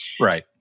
Right